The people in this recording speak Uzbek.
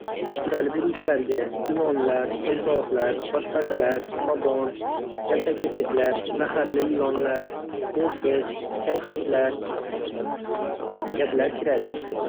Sudralib yuruvchilarga: Ilonlar, timsohlar, toshbaqalar, qobon, kaltakesaklar, zaharli ilonlar, bo‘rsiq, kalxatlar kabilar kiradi.